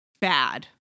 bad